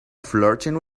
flirting